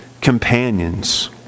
companions